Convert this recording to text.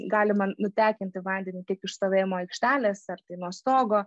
galima nutekinti vandenį kaip iš stovėjimo aikštelės a tai nuo stogo